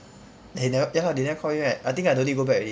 they never ya lor they never call me back I think I don't need go back already